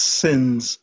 sins